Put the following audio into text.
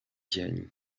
dzień